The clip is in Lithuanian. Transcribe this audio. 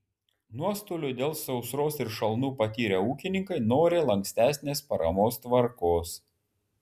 nuostolių dėl sausros ir šalnų patyrę ūkininkai nori lankstesnės paramos tvarkos